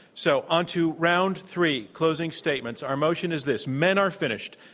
so, onto round three, closing statements. our motion is this, men are finished.